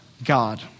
God